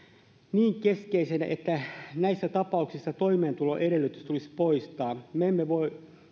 niin keskeisenä että katsotaan että näissä tapauksissa toimeentuloedellytys tulisi poistaa me emme voi